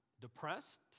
depressed